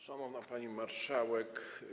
Szanowna Pani Marszałek!